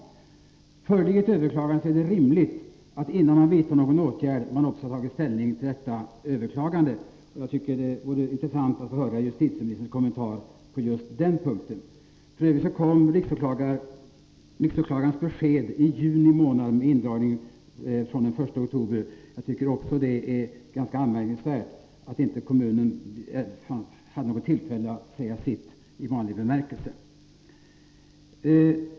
Föreligger ett överklagande är det rimligt att man, innan man vidtar några åtgärder, har tagit ställning till överklagandet. Det vore intressant att få höra justitieministerns kommentar på just denna punkt. Riksåklagarens besked om indragning den 1 september kom f. ö. i juni månad. Jag tycker också att det är anmärkningsvärt att kommunen inte fått tillfälle att säga sitt i vanlig bemärkelse.